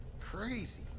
crazy